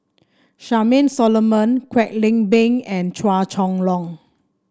Charmaine Solomon Kwek Leng Beng and Chua Chong Long